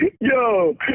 Yo